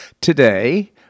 today